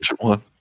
one